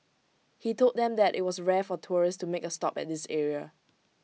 he told them that IT was rare for tourists to make A stop at this area